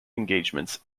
engagements